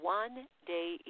one-day